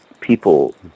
people